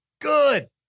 good